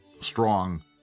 strong